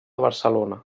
barcelona